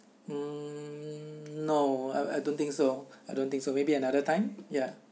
mm no I I don't think so I don't think so maybe another time ya